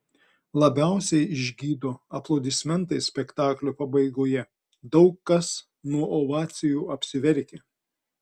labiausiai išgydo aplodismentai spektaklio pabaigoje daug kas nuo ovacijų apsiverkia